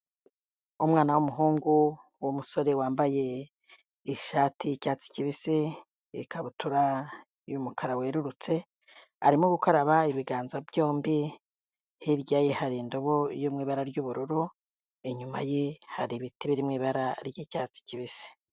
Umwana w'umuhungu w'umusore wambaye ishati y'icyatsi kibisi ikabutura y'umukara werurutse, arimo gukaraba ibiganza byombi hirya ye hari indobo yo mu ibara ry'ubururu, inyuma ye hari ibiti birimo ibara ry'icyatsi kibisi.